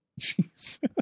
Jeez